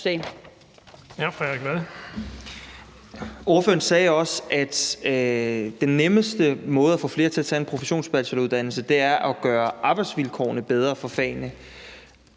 Ordføreren sagde også, at den nemmeste måde at få flere til at tage en professionsbacheloruddannelse på, er at gøre arbejdsvilkårene for fagene